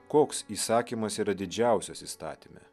koks įsakymas yra didžiausias įstatyme